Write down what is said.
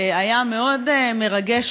היה מאוד מרגש,